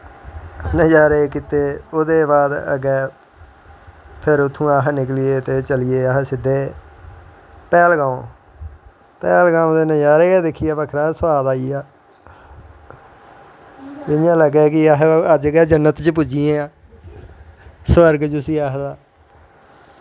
नज़ारे किते ओह्दे बाद अग्गैं फिर उत्थमां दा अस निकलियै ते चलिये सिध्दे पैह्लगांव ते पैह्लगांव दे नज़ारे गै दिक्खियै बक्खरे नज़ारे आइये इयां लग्गेआ कि अस अज्ज गै जन्नत च पुज्जी गे आं स्व्र्ग जिसी आखदे